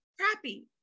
crappy